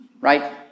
Right